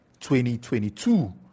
2022